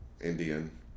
Indian